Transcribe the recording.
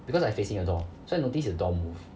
because I facing the door so I noticed the door move